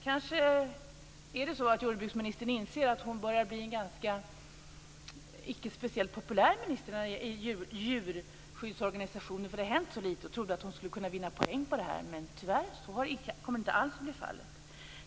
Kanske jordbruksministern börjar inse att hon inte är speciellt populär i djurskyddsorganisationerna därför att det har hänt så litet och trodde att hon skulle kunna vinna poäng på det här. Men, tyvärr, så kommer inte alls att bli fallet.